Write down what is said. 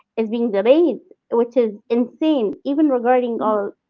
is being delayed, which is insane. even regarding all,